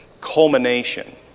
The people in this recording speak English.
culmination